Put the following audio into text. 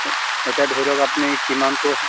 এতিয়া ধৰি লওক আপুনি কিমানটো